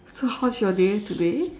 so how's your day today